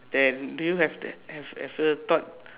then do you have that have ever thought